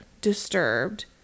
disturbed